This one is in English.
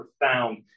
profound